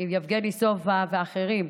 יבגני סובה והאחרים,